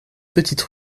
petite